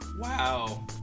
Wow